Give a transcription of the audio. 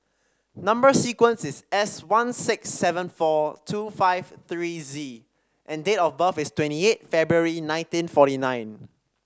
number sequence is S one six seven four two five three Z and date of birth is twenty eight February nineteen forty nine